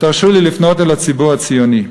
תרשו לי לפנות אל הציבור הציוני.